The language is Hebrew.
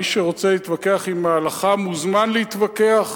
מי שרוצה להתווכח עם ההלכה מוזמן להתווכח,